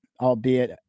albeit